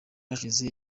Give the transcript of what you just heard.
hashize